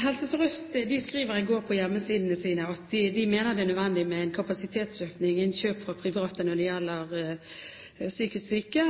Helse Sør-Øst skrev i går på hjemmesidene sine at de mener det er nødvendig med en kapasitetsøkning i innkjøp fra private når det gjelder psykisk syke.